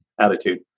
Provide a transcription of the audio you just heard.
attitude